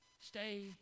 Stay